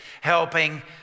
helping